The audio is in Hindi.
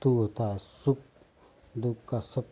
दुख तो होता है सुख दुख का सबकुछ